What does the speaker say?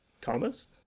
Thomas